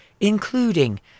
including